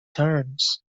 turns